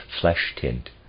flesh-tint